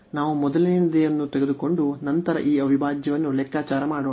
ನಾವು ಮೊದಲನೆಯದನ್ನು ತೆಗೆದುಕೊಂಡು ನಂತರ ಈ ಅವಿಭಾಜ್ಯವನ್ನು ಲೆಕ್ಕಾಚಾರ ಮಾಡೋಣ